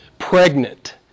pregnant